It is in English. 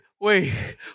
Wait